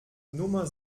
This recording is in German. nummer